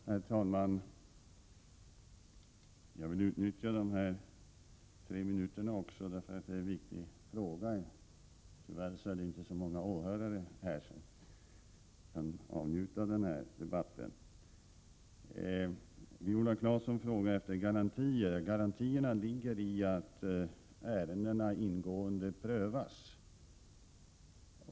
Herr talman! Jag vill utnyttja även de här tre minuterna, eftersom detta är en viktig fråga. Tyvärr finns det inte så många åhörare här som kan ”avnjuta” debatten. Viola Claesson frågar efter garantier. Garantierna ligger i att ärendena ingående prövas.